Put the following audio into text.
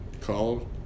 called